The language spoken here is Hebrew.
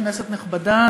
כנסת נכבדה,